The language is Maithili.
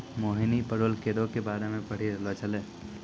मोहिनी पेरोल करो के बारे मे पढ़ि रहलो छलै